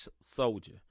soldier